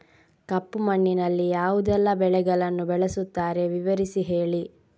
ಕಪ್ಪು ಮಣ್ಣಿನಲ್ಲಿ ಯಾವುದೆಲ್ಲ ಬೆಳೆಗಳನ್ನು ಬೆಳೆಸುತ್ತಾರೆ ವಿವರಿಸಿ ಹೇಳಿ